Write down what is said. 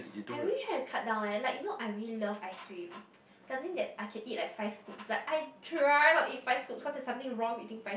I really try to cut down eh like you know I really love ice cream something that I can eat like five scoops but I try not to eat five scoops cause there's something wrong with eating five